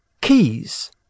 Keys